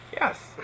Yes